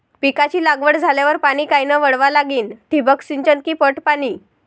पिकाची लागवड झाल्यावर पाणी कायनं वळवा लागीन? ठिबक सिंचन की पट पाणी?